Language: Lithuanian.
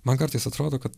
man kartais atrodo kad